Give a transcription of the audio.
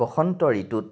বসন্ত ঋতুত